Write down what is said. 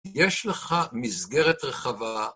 יש לך מסגרת רחבה.